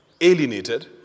alienated